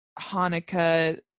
Hanukkah